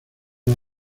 una